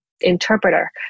interpreter